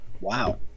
Wow